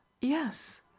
yes